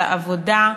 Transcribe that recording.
לעבודה,